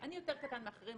אני יותר קטן מאחרים,